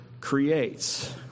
creates